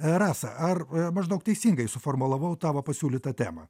rasa ar maždaug teisingai suformulavau tavo pasiūlytą temą